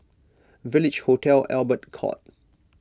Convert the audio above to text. Village Hotel Albert Court